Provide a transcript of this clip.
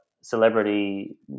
celebrity